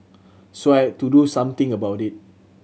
so I had to do something about it